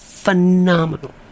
phenomenal